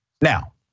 Now